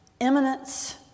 eminence